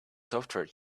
software